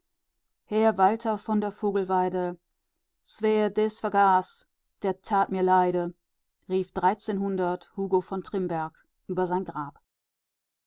her walther von der vogelweide swer des vergaez der taet mir leide rief hugo von trimberg über sein grab